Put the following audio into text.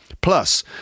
Plus